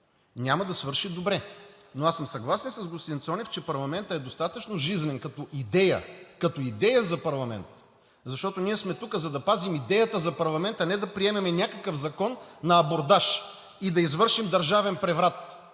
няма да свърши добре. Съгласен съм с господин Цонев, че парламентът е достатъчно жизнен като идея за парламент, защото ние сме тук, за да пазим идеята за парламент, а не да приемем някакъв Закон на абордаж и да извършим държавен преврат